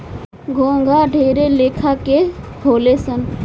घोंघा ढेरे लेखा के होले सन